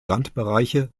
randbereiche